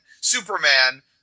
Superman